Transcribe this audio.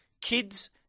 kids